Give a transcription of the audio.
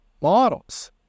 models